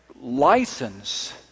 license